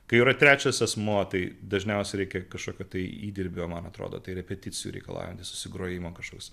kai yra trečias asmuo tai dažniausiai reikia kažkokio tai įdirbio man atrodo tai repeticijų reikalaujantis susigrojimo kažkoks